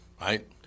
Right